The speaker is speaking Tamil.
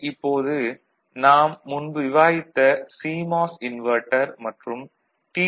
இப்போது நாம் முன்பு விவாதித்த சிமாஸ் இன்வெர்ட்டர் மற்றும் டி